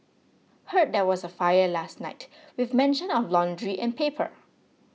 heard there was a fire last night with mention of laundry and paper